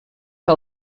que